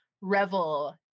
revel